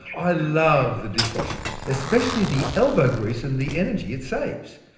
i love the dishwasher especially the elbow grease and the energy it saves.